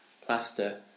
plaster